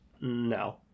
no